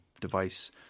device